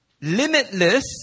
limitless